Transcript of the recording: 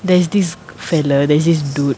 there's this fellow there's this dude